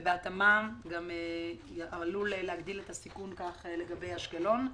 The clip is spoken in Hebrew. ובהתאמה גם עלול להגדיל את הסיכון לגבי אשקלון,